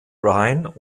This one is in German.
brian